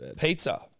pizza